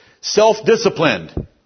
self-disciplined